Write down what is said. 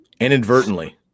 inadvertently